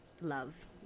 love